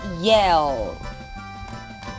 yell